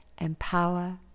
Empower